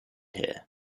here